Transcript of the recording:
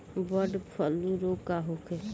Bird flu का रोग होखे?